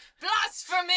blasphemy